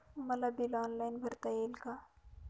मला bill online भरता येईल का?